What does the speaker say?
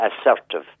assertive